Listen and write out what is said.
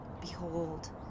Behold